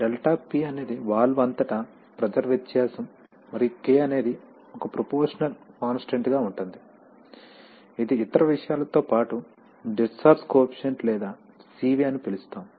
ΔP అనేది వాల్వ్ అంతటా ప్రెషర్ వ్యత్యాసం మరియు K అనేది ఒక ప్రొపోర్షనల్ కాన్స్టాంట్ గా ఉంటుంది ఇది ఇతర విషయాలతోపాటు డిశ్చార్జ్ కోఎఫిషిఎంట్ లేదా Cv అని పిలుస్తాము